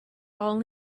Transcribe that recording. all